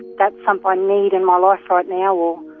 that's something i need in my life right now.